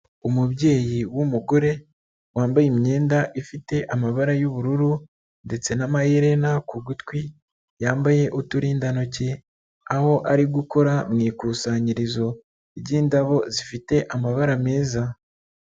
Umubyeyi w'umugore wambaye imyenda ifite amabara y'ubururu ndetse n'amaherena ku gutwi, yambaye uturindantoki aho ari gukora mu ikusanyirizo ry'indabo zifite amabara meza.